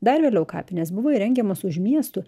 dar vėliau kapinės buvo įrengiamos už miestų